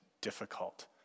difficult